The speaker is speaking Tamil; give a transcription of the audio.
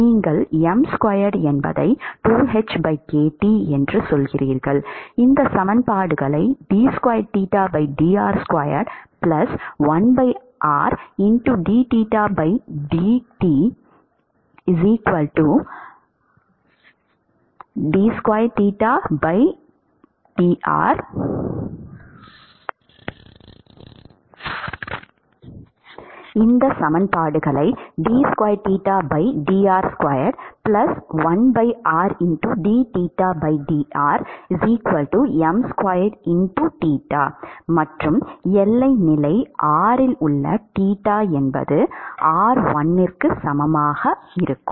நீங்கள் m2 2hkt என்று சொல்கிறீர்கள் இந்த சமன்பாடுகளை d 2 dr2 1rd dr m2 மற்றும் எல்லை நிலை r இல் உள்ள தீட்டா r 1 க்கு சமமாக இருக்கும்